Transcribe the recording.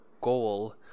goal